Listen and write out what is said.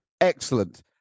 excellent